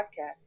podcast